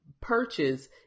purchase